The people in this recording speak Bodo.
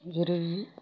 जेरै